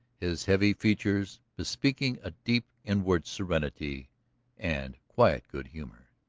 his heavy features bespeaking a deep inward serenity and quiet good humor.